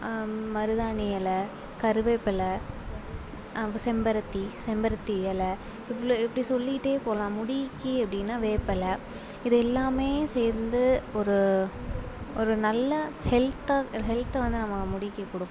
மருதாணி எலை கருவேப்பிலை செம்பருத்தி செம்பருத்தி எலை இவ்வளோ இப்படி சொல்லிகிட்டே போகலாம் முடிக்கு அப்படின்னா வேப்பலை இது எல்லாமே சேர்ந்து ஒரு ஒரு நல்ல ஹெல்த்தை ஹெல்த்தை வந்து நம்ம முடிக்கு கொடுக்கும்